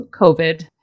COVID